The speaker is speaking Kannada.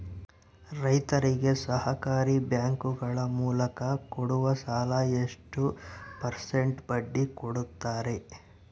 ರೈತರಿಗೆ ಸಹಕಾರಿ ಬ್ಯಾಂಕುಗಳ ಮೂಲಕ ಕೊಡುವ ಸಾಲ ಎಷ್ಟು ಪರ್ಸೆಂಟ್ ಬಡ್ಡಿ ಕೊಡುತ್ತಾರೆ?